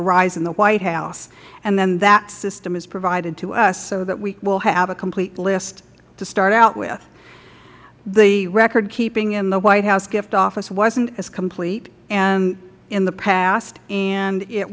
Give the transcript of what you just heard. arrives in the white house and then that system is provided to us so that we will have a complete list to start out with the record keeping in the white house gift office wasn't as complete in the past and it